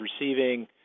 receiving